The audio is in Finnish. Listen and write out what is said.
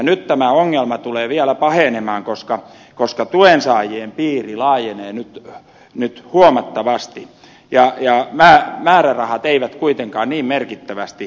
nyt tämä ongelma tulee vielä pahenemaan koska tuensaajien piiri laajenee nyt huomattavasti ja määrärahat eivät kuitenkaan niin merkittävästi tule lisääntymään